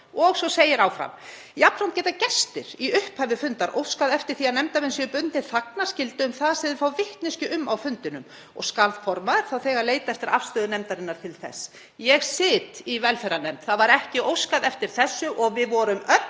Og svo segir áfram: „Jafnframt geta gestir í upphafi fundar óskað eftir því að nefndarmenn séu bundnir þagnarskyldu um það sem þeir fá vitneskju um á fundinum og skal formaður þá þegar leita eftir afstöðu nefndarinnar til þess.“ Ég sit í velferðarnefnd. Þess var ekki óskað og við vorum öll,